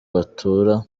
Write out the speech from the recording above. batura